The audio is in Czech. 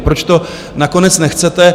Proč to nakonec nechcete?